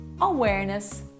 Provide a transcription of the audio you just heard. awareness